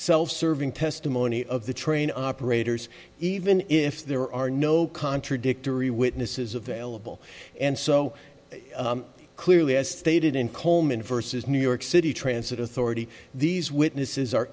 self serving testimony of the train operators even if there are no contradictory witnesses available and so clearly as stated in coleman versus new york city transit authority these witnesses